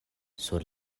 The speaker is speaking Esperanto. sur